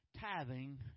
tithing